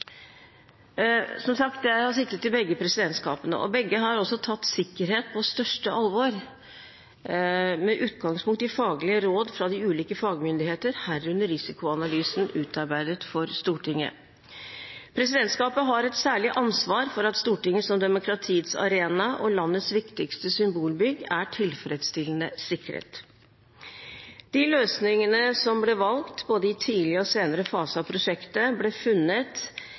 Som sagt har jeg sittet i begge presidentskapene, og begge har tatt sikkerhet på største alvor, med utgangspunkt i faglige råd fra de ulike fagmyndigheter, herunder risikoanalysen utarbeidet for Stortinget. Presidentskapet har et særlig ansvar for at Stortinget som demokratiets arena og landets viktigste symbolbygg er tilfredsstillende sikret. De løsningene som ble valgt, i både tidlig og senere fase av prosjektet, ble funnet